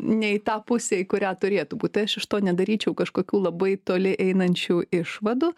ne į tą pusę į kurią turėtų būt tai aš iš to nedaryčiau kažkokių labai toli einančių išvadų